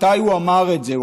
מתי הוא אמר את זה?